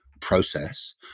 process